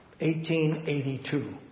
1882